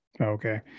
okay